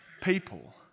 people